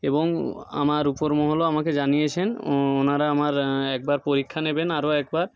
এবং আমার উপর মহলও আমাকে জানিয়েছেন ওনারা আমার একবার পরীক্ষা নেবেন আরও একবার